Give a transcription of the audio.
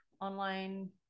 online